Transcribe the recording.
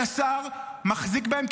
רק שהשר מחזיק בהן,